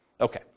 Okay